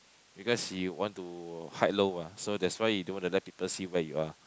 because he want to hide low ah so that's why he don't want to let people see where you are